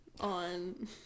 On